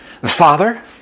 Father